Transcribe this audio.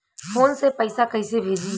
Phone से पैसा कैसे भेजी?